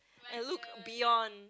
and look beyond